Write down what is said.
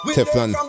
Teflon